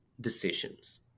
decisions